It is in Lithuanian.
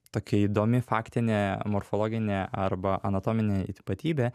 tokia įdomi faktinė morfologinė arba anatominė ypatybė